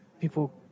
people